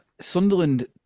Sunderland